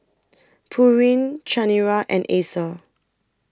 Pureen Chanira and Acer